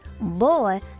Boy